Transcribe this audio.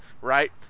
right